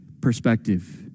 perspective